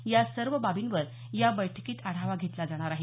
या सर्व बाबींवर या बैठकीत आढावा घेतला जाणार आहे